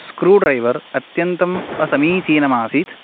screw driver अत्यन्तम् असमीचीनम् आसीत्